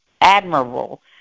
admirable